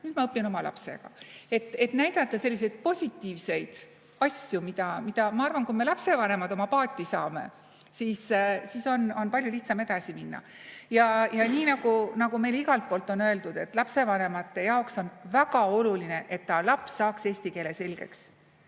nüüd ma õpin oma lapsega. Tuleb näidata selliseid positiivseid asju. Ma arvan, et kui me lapsevanemad oma paati saame, siis on palju lihtsam edasi minna. Nii nagu meile igalt poolt on öeldud, siis lapsevanemate jaoks on väga oluline, et laps saaks eesti keele selgeks,